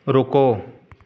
ਰੁਕੋ